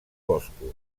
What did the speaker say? boscos